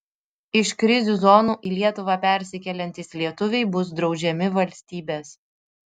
iš krizių zonų į lietuvą persikeliantys lietuviai bus draudžiami valstybės